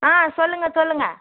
ஆ சொல்லுங்கள் சொல்லுங்கள்